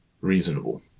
reasonable